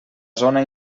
zona